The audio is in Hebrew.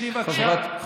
פשוט משקר, אתה משקר.